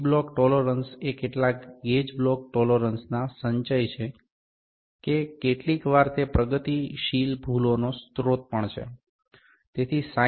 gauge block tolerance એ કેટલાક gauge block ટોલોરન્સના સંચય છે કેટલીકવાર તે પ્રગતિશીલ ભૂલનો સ્રોત પણ છે